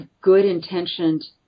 good-intentioned